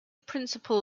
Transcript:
principal